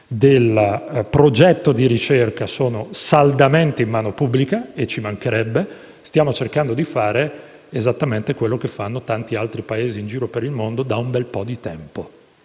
del progetto di ricerca sono saldamente in mano pubblica (e ci mancherebbe altro) e stiamo cercando di fare esattamente quello che fanno tanti altri Paesi nel mondo e da tempo.